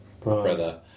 brother